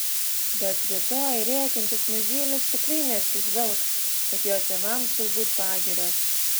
bet rytoj rėkiantis mažylis tikrai neatsižvelgs kad jo tėvams galbūt pagirios